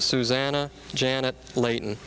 suzanne janet leighton